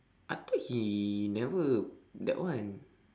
I thought he never that one